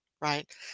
right